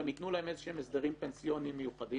גם יתנו להם איזה שהם הסדרים פנסיוניים מיוחדים.